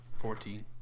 Fourteen